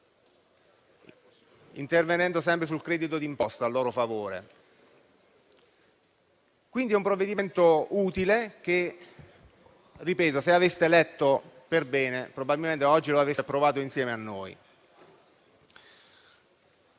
intervenendo sul credito d'imposta a loro favore. Si tratta quindi di un provvedimento utile; ripeto che, se lo aveste letto perbene, probabilmente oggi lo avreste approvato insieme a noi.